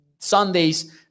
Sundays